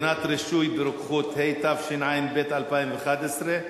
(בחינת רישוי ברוקחות), התשע"ב 2011,